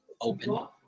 open